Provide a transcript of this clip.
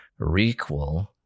requel